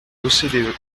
l’ocde